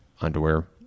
underwear